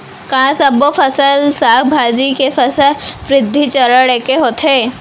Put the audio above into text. का सबो फसल, साग भाजी के फसल वृद्धि चरण ऐके होथे?